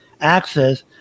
access